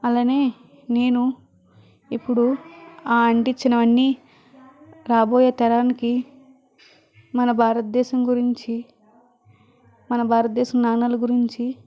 అలానే నేను ఇప్పుడు ఆ అంటించిన వన్ని రాబోయే తరానికి మన భారతదేశం గురించి మన భారతదేశం నాణాల గురించి